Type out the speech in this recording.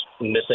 missing